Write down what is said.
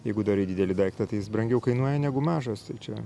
jeigu darai didelį daiktą tai jis brangiau kainuoja negu mažas tai čia